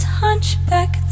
hunchback